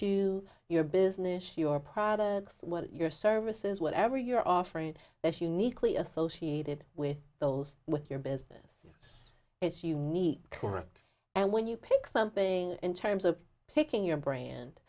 to your business your products your services whatever you're offering that's uniquely associated with those with your business it's unique correct and when you pick something in terms of picking your bra